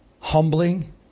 humbling